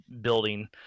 building